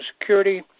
Security